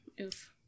Oof